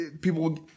people